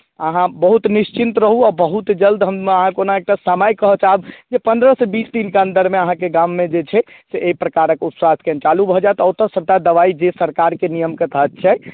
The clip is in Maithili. अहाँ बहुत निश्चिन्त रहू आ बहुत जल्द हम अहाँकेँ ओना एकटा समय कहय चाहब जे पन्द्रहसँ बीस दिनके अन्दरमे अहाँके गाममे जे छै से एहि प्रकारक उपस्वास्थ्य केन्द्र चालू भऽ जायत आ ओतय सभटा दवाइ जे सरकारके नियमके तहत छै